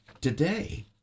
today